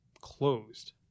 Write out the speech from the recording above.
closed